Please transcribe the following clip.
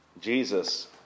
Jesus